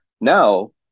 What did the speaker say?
now